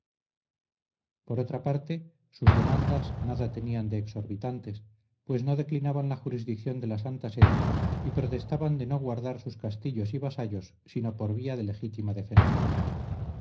por otra parte sus demandas nada tenían de exorbitantes pues no declinaban la jurisdicción de la santa sede y protestaban de no guardar sus castillos y vasallos sino por vía de legítima defensa